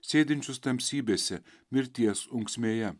sėdinčius tamsybėse mirties unksmėje